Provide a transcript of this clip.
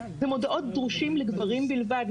במודעות דרושים לגברים בלבד,